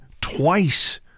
twice